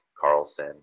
Carlson